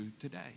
today